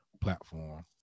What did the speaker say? platform